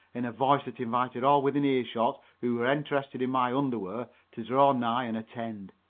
in a voice that invited all within earshot who were interested in my underwear to draw nigh and attend.